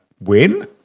win